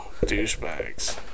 Douchebags